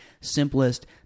simplest